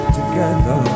together